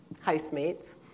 housemates